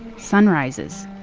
sunrises,